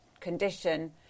condition